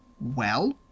Well